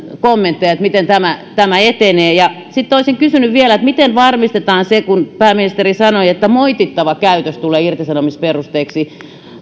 kommentteja että miten tämä tämä etenee sitten olisin kysynyt vielä miten varmistetaan se mitä pääministeri sanoi että moitittava käytös tulee irtisanomisperusteeksi